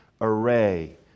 array